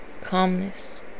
calmness